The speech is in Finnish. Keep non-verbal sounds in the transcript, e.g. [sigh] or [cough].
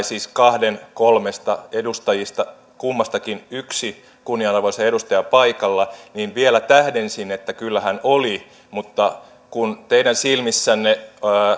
[unintelligible] siis kahden kolmesta edustajista yksi kunnianarvoisa edustaja paikalla vielä tähdensin että kyllä hän oli paikalla mutta kun teidän silmissänne